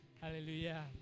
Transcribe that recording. Hallelujah